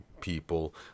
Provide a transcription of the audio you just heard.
people